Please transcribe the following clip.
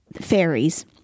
fairies